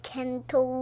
Kento